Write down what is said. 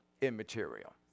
immaterial